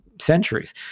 centuries